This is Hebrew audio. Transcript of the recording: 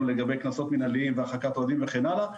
לגבי קנסות מנהליים והרחקת אוהדים וכן הלאה.